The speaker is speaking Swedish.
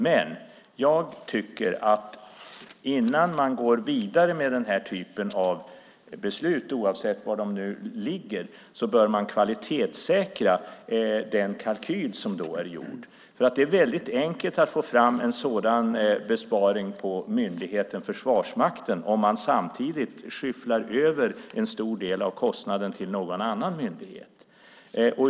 Men innan man går vidare med den här typen av beslut, oavsett var de ligger, tycker jag att man bör kvalitetssäkra den kalkyl som är gjord. Det är väldigt enkelt att få fram en sådan besparing på myndigheten Försvarsmakten om man samtidigt skyfflar över en stor del av kostnaden till någon annan myndighet.